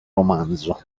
romanzo